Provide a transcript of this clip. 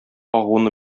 агуны